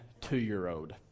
two-year-old